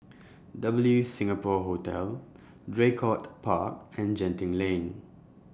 W Singapore Hotel Draycott Park and Genting Lane